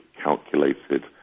calculated